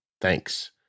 Thanks